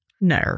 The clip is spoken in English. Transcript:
No